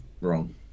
wrong